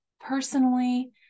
personally